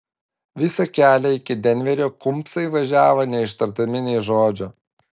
visą kelią iki denverio kumbsai važiavo neištardami nė žodžio